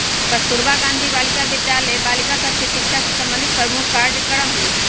कस्तूरबा गांधी बालिका विद्यालय बालिका सभ के शिक्षा से संबंधित प्रमुख कार्जक्रम हइ